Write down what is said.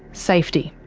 safety.